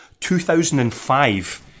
2005